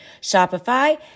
Shopify